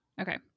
Okay